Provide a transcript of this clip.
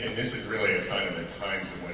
this is really a sign of the times